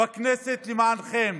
בכנסת, למענכם.